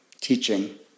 teaching